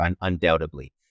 undoubtedly